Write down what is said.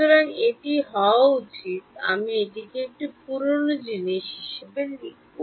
সুতরাং এটি হওয়া উচিত আমি এই পুরো জিনিসটি আবার লিখব